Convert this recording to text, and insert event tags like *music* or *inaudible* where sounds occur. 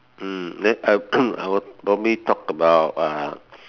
mm then I *coughs* I will probably talk about uh